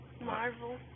marvel